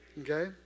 Okay